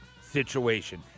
situation